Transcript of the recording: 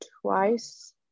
twice